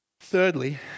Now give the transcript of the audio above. Thirdly